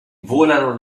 volano